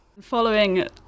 Following